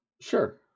sure